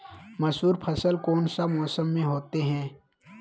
मसूर फसल कौन सा मौसम में होते हैं?